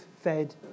fed